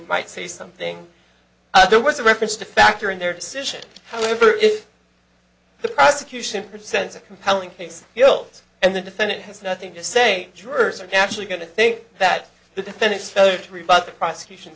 might say something there was a reference to factor in their decision however if the prosecution percents a compelling case heals and the defendant has nothing to say jurors are actually going to think that the defendant spoke to rebut the prosecution